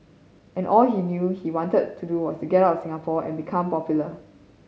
and all he knew he wanted to do was get out of Singapore and become popular